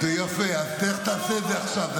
זה יפה, אז לך תעשה את זה עכשיו.